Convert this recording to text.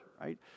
right